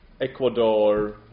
Ecuador